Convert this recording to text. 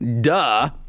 duh